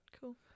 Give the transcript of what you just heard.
Cool